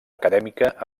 acadèmica